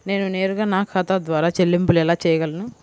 నేను నేరుగా నా ఖాతా ద్వారా చెల్లింపులు ఎలా చేయగలను?